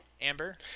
Amber